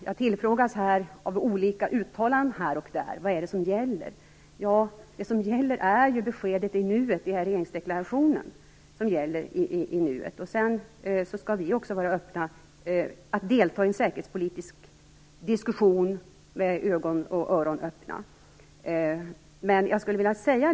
Jag tillfrågades om olika uttalanden som gjorts här och där och vad det är om gäller. Det som gäller i nuet är beskedet i regeringsdeklarationen. Sedan skall vi vara öppna att delta i en säkerhetspolitisk diskussion med ögon och öron öppna.